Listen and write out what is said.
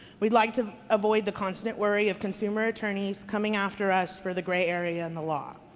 we'd like to avoid the constant worry of consumer attorneys coming after us for the gray area in the law.